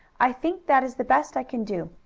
i think that is the best i can do.